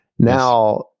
Now